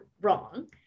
wrong